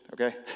okay